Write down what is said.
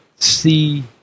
See